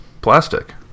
Plastic